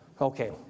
Okay